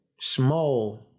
small